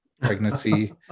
pregnancy